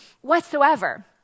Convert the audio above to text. whatsoever